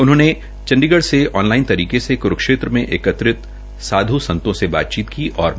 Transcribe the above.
उन्होंने चंडीगढ़ से online तरीके से क्रूक्षेत्र में एकत्रित साध् संतों से बातचीत की और मंगल कामना की